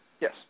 Yes